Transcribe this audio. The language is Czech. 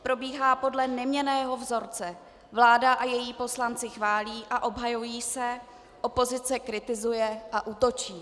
Probíhá podle neměnného vzorce: vláda a její poslanci chválí a obhajují se, opozice kritizuje a útočí.